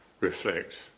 reflect